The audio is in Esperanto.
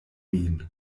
min